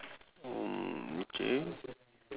mm okay